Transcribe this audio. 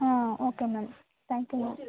ಹಾಂ okay ma'am thank you ma'am